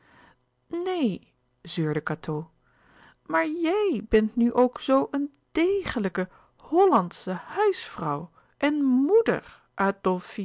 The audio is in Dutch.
neen zeurde cateau maar jij bent nu ook zoo een dègelijke hllandsche huisvrouw en m